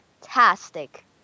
Fantastic